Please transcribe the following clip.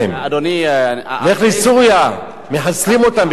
אדוני, לך לסוריה, מחסלים אותם בכלל שם.